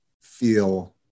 feel